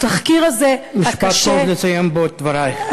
התחקיר הזה, הקשה, משפט טוב לסיים בו את דברייך.